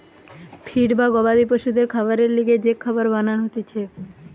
feed বা গবাদি পশুদের খাবারের লিগে যে খাবার বানান হতিছে